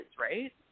right